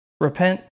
Repent